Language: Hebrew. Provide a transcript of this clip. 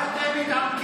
אתה מכיר,